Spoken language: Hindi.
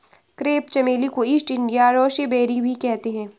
क्रेप चमेली को ईस्ट इंडिया रोसेबेरी भी कहते हैं